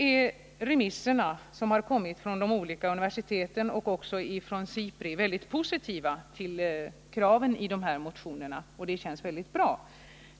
De remissyttranden som kommit från olika universitet och också från SIPRI är mycket positiva till kraven i motionerna, och det känns väldigt bra.